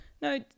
No